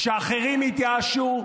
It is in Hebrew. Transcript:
כשאחרים התייאשו,